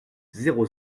zéro